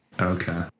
Okay